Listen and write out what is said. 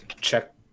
check